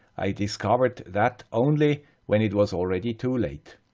i discovered that only when it was already too late,